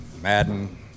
Madden